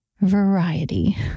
variety